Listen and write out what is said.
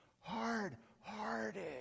Hard-hearted